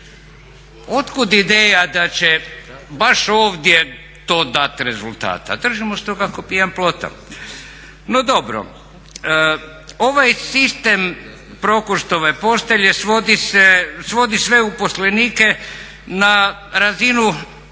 Otkud ideja da će baš ovdje to dat rezultata? Držimo se toga ko pijan plota, no dobro. Ovaj sistem Prokurštove postelje svodi sve uposlenike na razinu